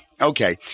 Okay